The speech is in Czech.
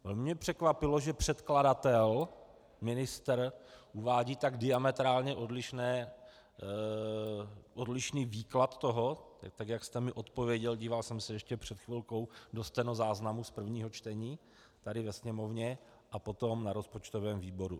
Velmi mě překvapilo, že předkladatel, ministr, uvádí tak diametrálně odlišný výklad toho, tak jak jste mi odpověděl, díval jsem se ještě před chvilkou do stenozáznamu z prvního čtení tady ve Sněmovně, a potom na rozpočtovém výboru.